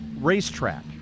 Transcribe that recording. racetrack